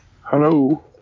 Hello